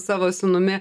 savo sūnumi